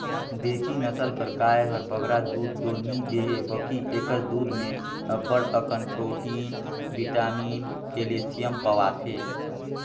देसी नसल कर गाय हर बगरा दूद दो नी देहे बकि एकर दूद में अब्बड़ अकन प्रोटिन, बिटामिन, केल्सियम पवाथे